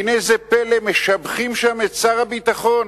והנה זה פלא, משבחים שם את שר הביטחון,